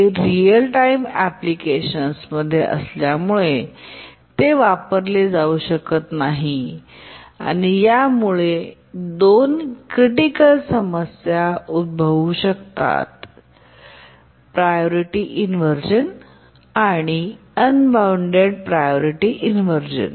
हे real time एप्लिकेशन्समध्ये असल्यामुळे ते वापरले जाऊ शकत नाही आणि यामुळे दोन क्रिटिकल समस्या उद्भवू शकतात प्रायॉरीटी इनव्हर्जन आणि अनबॉऊण्डेड प्रायॉरीटी इनव्हर्जन